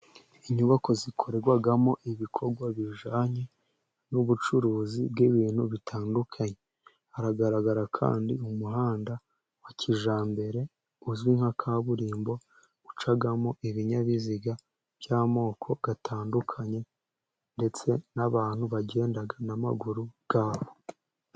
Inyubako zikorerwamo ibikorwa bijyanye n'ubucuruzi bw'ibintu bitandukanye, haragaragara kandi umuhanda wa kijyambere uzwi nka kaburimbo ucamo ibinyabiziga by'amoko atandukanye ndetse n'abantu bagenda n'amaguru yabo.